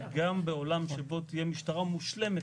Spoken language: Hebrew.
שגם בעולם שבו תהיה משטרה מושלמת,